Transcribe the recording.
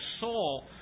soul